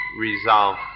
resolve